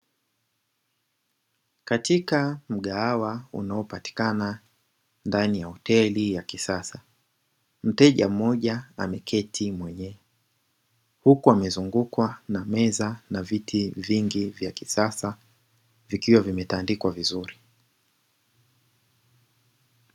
Katika mgahawa unao patikana ndani ya hoteli ya kisasa, mteja mmoja ameketi mwenyewe. Huku amezungukwa na meza na viti vingi vya kisasa vikiwa vimetandikwa vizuri.